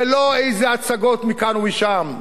ולא איזה הצגות מכאן ומשם.